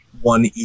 one